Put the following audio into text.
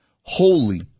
holy